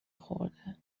خورده